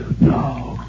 No